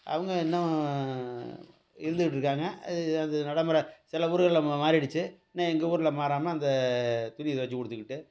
அவங்க இன்னும் இருந்துட்டு இருக்காங்க இ அது நடமுறை சில ஊர்கள்ல மா மாறிடுச்சு இன்னும் எங்கள் ஊரில் மாறாமல் அந்த துணி தொவைச்சி கொடுத்துகிட்டு